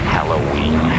Halloween